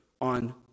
on